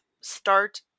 start